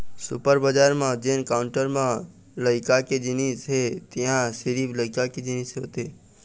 super बजार म जेन काउंटर म लइका के जिनिस हे तिंहा सिरिफ लइका के जिनिस होथे